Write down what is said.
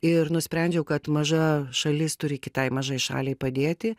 ir nusprendžiau kad maža šalis turi kitai mažai šaliai padėti